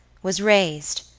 was raised,